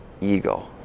ego